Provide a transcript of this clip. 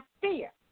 fear